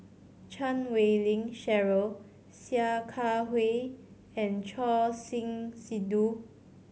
Chan Wei Ling Cheryl Sia Kah Hui and Choor Singh Sidhu